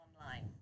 online